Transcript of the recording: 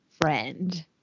friend